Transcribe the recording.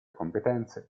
competenze